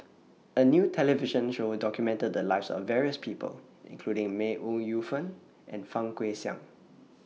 A New television Show documented The Lives of various People including May Ooi Yu Fen and Fang Guixiang